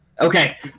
Okay